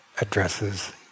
addresses